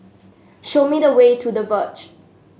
show me the way to The Verge